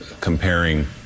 comparing